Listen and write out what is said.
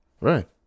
right